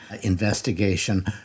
investigation